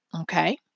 Okay